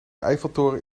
eiffeltoren